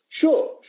Sure